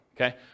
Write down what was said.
Okay